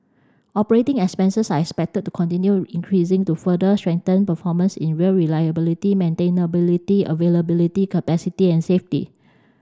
operating expenses are expected to continue increasing to further strengthen performance in rail reliability maintainability availability capacity and safety